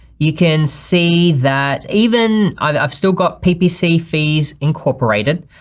you can see that even i've still got ppc fees incorporated.